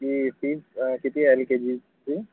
की फीज किती L K जीची